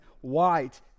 white